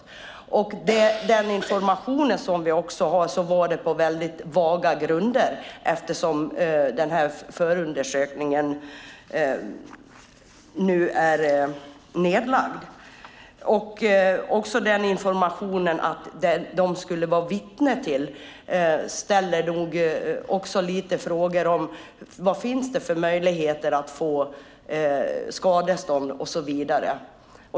Enligt den information som vi har var det på väldigt vaga grunder, eftersom den här förundersökningen nu är nedlagd. När det gäller informationen om att de skulle vara vittne ställer man nog också lite frågor om vad det finns för möjligheter att få skadestånd och så vidare.